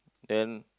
then